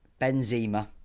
Benzema